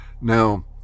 Now